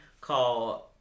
called